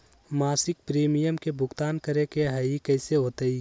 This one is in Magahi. मासिक प्रीमियम के भुगतान करे के हई कैसे होतई?